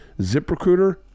ZipRecruiter